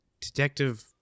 Detective